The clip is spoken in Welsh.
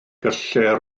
gallai